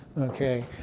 Okay